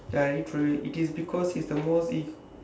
ya it is because he's the most